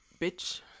Bitch